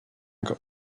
got